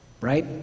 Right